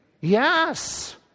Yes